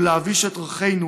ולהבאיש את ריחנו